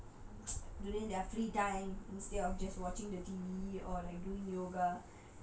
during their free time instead of just watching the T_V or like doing yoga